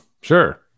Sure